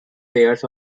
players